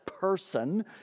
person